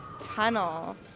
tunnel